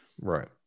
Right